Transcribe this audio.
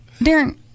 Darren